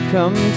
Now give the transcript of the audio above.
Come